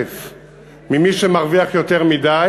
כ-700,000 שרוכשים רכב לא חדש מדי